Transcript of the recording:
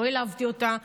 לא העלבתי אותה,